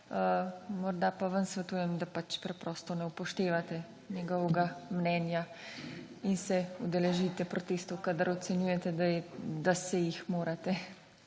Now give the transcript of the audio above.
Morda pa vam svetujem, da pač preprosto ne upoštevate njegovega mnenja in se udeležite protestov, kadar ocenjujete, da se jih morate,